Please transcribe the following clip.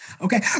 Okay